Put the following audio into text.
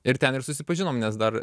ir ten ir susipažinom nes dar